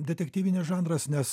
detektyvinis žanras nes